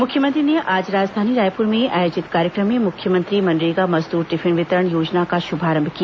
मुख्यमंत्री ने आज राजधानी रायपुर में आयोजित कार्यक्रम में मुख्यमंत्री मनरेगा मजदूर टिफिन वितरण योजना का शुभारंभ किया